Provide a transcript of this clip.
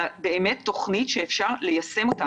אלא באמת תוכנית שאפשר ליישם.